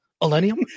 Millennium